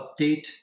update